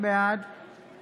בעד